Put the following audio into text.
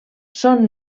són